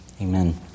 Amen